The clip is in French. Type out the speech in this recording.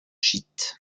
gîte